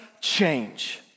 change